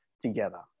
together